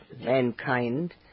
mankind